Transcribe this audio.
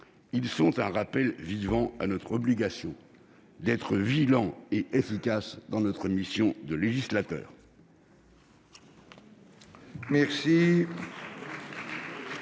Ils sont un rappel vivant à notre obligation d'être vigilants et efficaces dans notre mission de législateur.